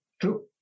True